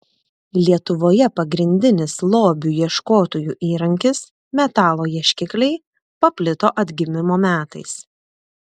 lietuvoje pagrindinis lobių ieškotojų įrankis metalo ieškikliai paplito atgimimo metais